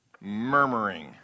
Murmuring